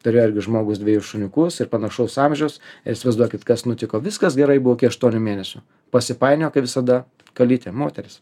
turėjo irgi žmogus dvejus šuniukus ir panašaus amžiaus ir įsivaizduokit kas nutiko viskas gerai buvo iki aštuonių mėnesių pasipainiojo kaip visada kalytė moteris